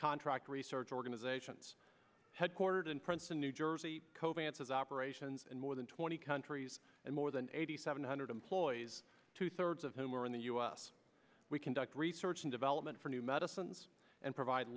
contract research organizations headquartered in princeton new jersey coping with his operations and more than twenty countries and more than eighty seven hundred employees two thirds of whom are in the u s we conduct research and development for new medicines and provide